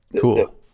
Cool